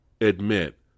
admit